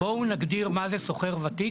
בואו נגדיר מה זה שוכר ותיק,